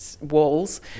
walls